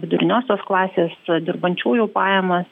viduriniosios klasės dirbančiųjų pajamas